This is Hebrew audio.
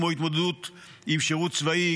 כמו התמודדות עם שירות צבאי,